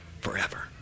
forever